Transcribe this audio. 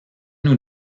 nous